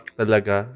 talaga